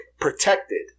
Protected